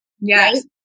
Yes